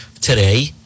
today